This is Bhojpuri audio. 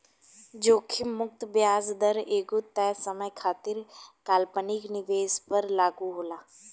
जोखिम मुक्त ब्याज दर एगो तय समय खातिर काल्पनिक निवेश पर लागू होला